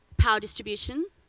power distribution,